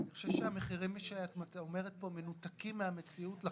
אני חושב שהמחירים שאת אומרת כאן לחלוטין מנותקים מהמציאות.